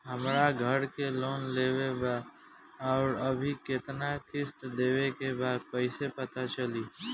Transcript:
हमरा घर के लोन लेवल बा आउर अभी केतना किश्त देवे के बा कैसे पता चली?